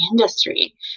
industry